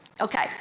Okay